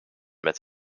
met